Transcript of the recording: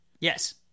Yes